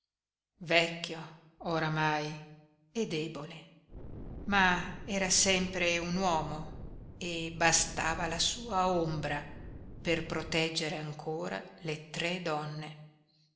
vecchio oramai e debole ma era sempre un uomo e bastava la sua ombra per proteggere ancora le tre donne